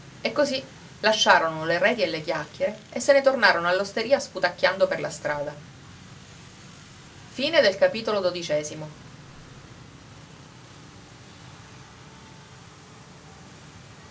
e così lasciarono le reti e le chiacchiere e se ne tornarono all'osteria sputacchiando per la strada